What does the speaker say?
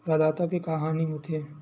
प्रदाता के का हानि हो थे?